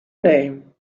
name